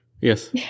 Yes